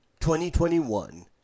2021